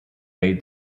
bade